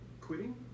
quitting